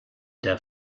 der